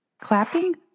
clapping